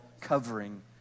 covering